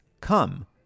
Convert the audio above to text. come